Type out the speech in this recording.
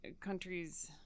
countries